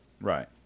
Right